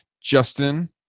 Justin